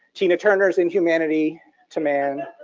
tina turner's inhumanity to man,